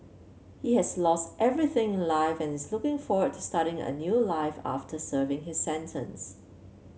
he has lost everything in life and is looking forward to starting a new life after serving his sentence